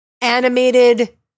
animated